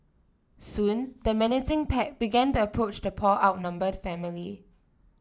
soon the menacing pack began to approach the poor outnumbered family